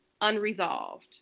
unresolved